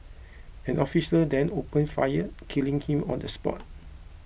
an officer then opened fire killing him on the spot